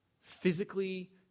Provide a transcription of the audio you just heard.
Physically